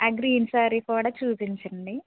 ఆ గ్రీన్ సారీ కూడా చూపించండి